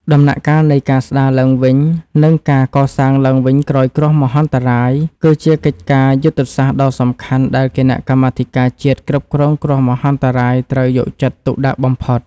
ដំណាក់កាលនៃការស្ដារឡើងវិញ និងការកសាងឡើងវិញក្រោយគ្រោះមហន្តរាយ គឺជាកិច្ចការយុទ្ធសាស្ត្រដ៏សំខាន់ដែលគណៈកម្មាធិការជាតិគ្រប់គ្រងគ្រោះមហន្តរាយត្រូវយកចិត្តទុកដាក់បំផុត។